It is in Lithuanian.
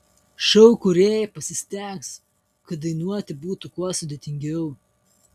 šou kūrėjai pasistengs kad dainuoti būtų kuo sudėtingiau